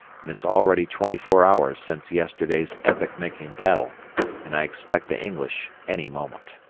and it's already twenty-four hours since yesterday's epoch-making battle and i expect the english any moment.